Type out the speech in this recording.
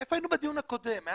איפה הייתם בדיון הקודם?